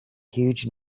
huge